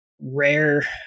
rare